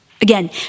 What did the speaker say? Again